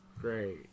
great